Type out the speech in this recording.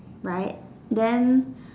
right then